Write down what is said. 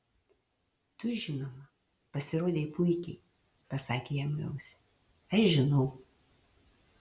tu žinoma pasirodei puikiai pasakė jam į ausį aš žinau